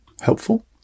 helpful